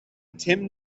tim